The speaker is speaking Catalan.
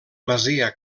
masia